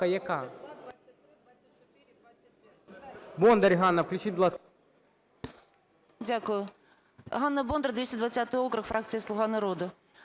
Дякую. Ганна Бондар, 220 округ, фракція "Слуга народу".